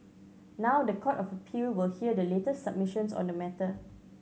now the Court of Appeal will hear the latest submissions on the matter